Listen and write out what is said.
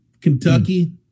Kentucky